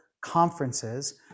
conferences